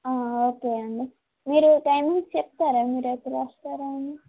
okay అండి మీరు timings చెప్తారా మీరు ఎప్పుడు వస్తారు అని